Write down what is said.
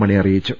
മണി അറിയിച്ചു